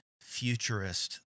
futurist